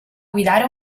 guidare